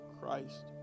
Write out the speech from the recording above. Christ